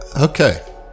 Okay